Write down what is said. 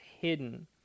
hidden